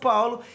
Paulo